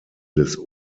des